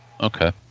Okay